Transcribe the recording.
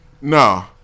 no